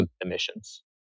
emissions